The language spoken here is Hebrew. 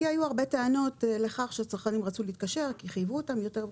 כי היו הרבה טענות לכך שצרכנים רצו להתקשר כי חייבו אותם יותר.